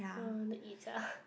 !wah! I want to eat sia